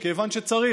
מכיוון שצריך,